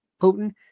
Putin